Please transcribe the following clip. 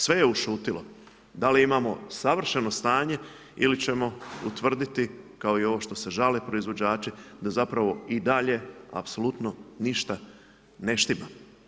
Sve je ušutio, da li imamo savršeno stanje, ili ćemo utvrditi kao i ovo što se žale proizvođači, da zapravo i dalje, apsolutno ništa ne štima.